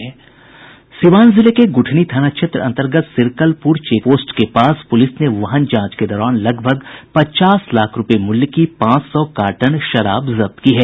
सीवान जिले के गुठनी थाना क्षेत्र अंतर्गत सिरकलपुर चेक पोस्ट के पास पुलिस ने वाहन जांच के दौरान लगभग पचास लाख रुपये मूल्य की पांच सौ कार्टन शराब जब्त की है